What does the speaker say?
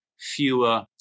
fewer